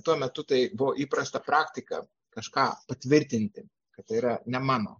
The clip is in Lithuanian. tuo metu tai buvo įprasta praktika kažką patvirtinti kad tai yra ne mano